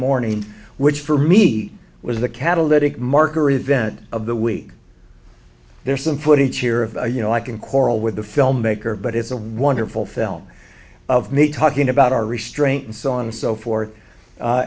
morning which for me was the catalytic marker event of the week there's some footage here of you know i can quarrel with the filmmaker but it's a wonderful film of me talking about our restraint and so on so for